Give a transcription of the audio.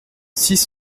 six